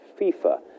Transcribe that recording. FIFA